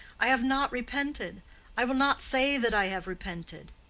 i have not repented i will not say that i have repented.